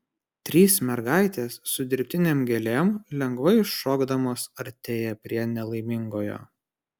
trys mergaitės su dirbtinėm gėlėm lengvai šokdamos artėja prie nelaimingojo